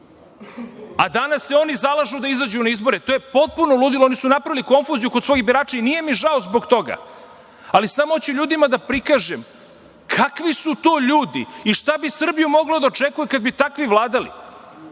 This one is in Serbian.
a danas se oni zalažu da izađu na izbore. To je potpuno ludilo. Oni su napravili konfuziju kod svojih birača i nije mi žao zbog toga, ali samo hoću ljudima da prikažem kakvi su to ljudi i šta bi Srbiju moglo da očekuje kada bi takvi vladali.